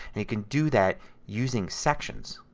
and you can do that using sections.